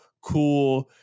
cool